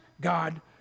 God